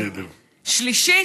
שלישית,